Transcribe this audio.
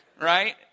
Right